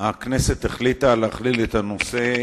במחשבה שנייה, מליאה?